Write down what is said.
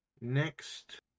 Next